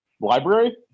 library